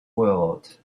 world